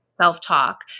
self-talk